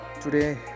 today